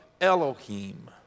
Elohim